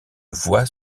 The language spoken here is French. vois